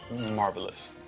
marvelous